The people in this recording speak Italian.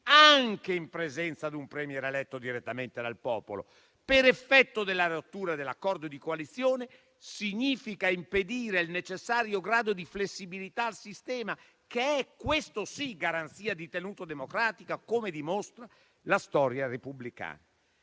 anche in presenza di un *Premier* eletto direttamente dal popolo, per effetto della rottura dell'accordo di coalizione, significa impedire il necessario grado di flessibilità al sistema, che è, questo sì, garanzia di tenuta democratica, come dimostra la storia repubblicana.